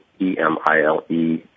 E-M-I-L-E